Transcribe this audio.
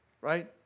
Right